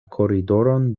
koridoron